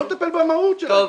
בוא תטפל במהות של העניין.